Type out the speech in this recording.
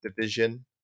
division